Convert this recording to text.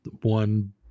One